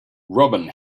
robin